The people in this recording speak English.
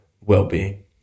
well-being